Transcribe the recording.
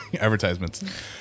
advertisements